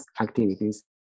activities